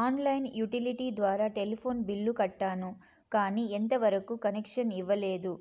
on line utility ద్వారా telephone bill కట్టాను, కానీ ఎంత వరకు కనెక్షన్ ఇవ్వలేదు,